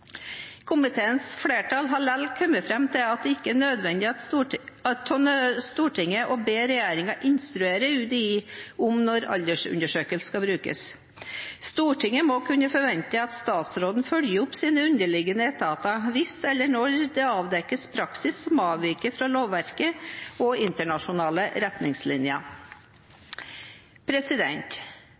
Komiteens flertall har likevel kommet fram til at det ikke er nødvendig av Stortinget å be regjeringen instruere UDI om når aldersundersøkelser skal brukes. Stortinget må kunne forvente at statsråden følger opp sine underliggende etater hvis eller når det avdekkes praksis som avviker fra lovverket og internasjonale retningslinjer.